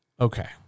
Okay